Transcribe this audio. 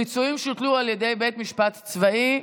פיצויים שהוטלו על ידי בית משפט צבאי).